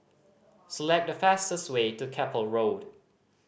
select the fastest way to Keppel Road